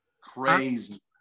Crazy